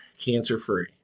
Cancer-free